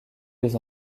des